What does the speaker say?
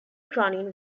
cronin